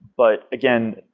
but again,